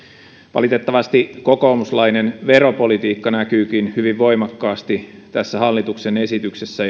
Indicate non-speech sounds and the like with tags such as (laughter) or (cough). valitettavasti kokoomuslainen veropolitiikka näkyykin hyvin voimakkaasti tässä hallituksen esityksessä (unintelligible)